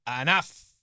enough